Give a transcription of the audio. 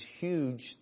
huge